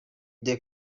the